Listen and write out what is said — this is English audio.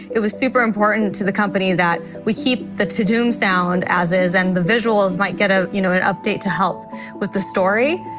it was super important to the company that we keep the toudum sound as is, and the visuals might get ah you know an update to help with the story.